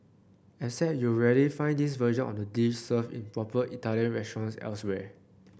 except you'll rarely find this version on the dish served in proper Italian restaurants elsewhere